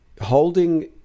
holding